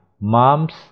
mom's